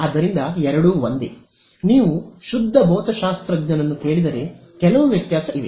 ಆದ್ದರಿಂದ ಎರಡೂ ಒಂದೇ ನೀವು ಶುದ್ಧ ಭೌತಶಾಸ್ತ್ರಜ್ಞನನ್ನು ಕೇಳಿದರೆ ಕೆಲವು ವ್ಯತ್ಯಾಸ ಇವೆ